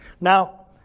Now